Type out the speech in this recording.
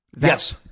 Yes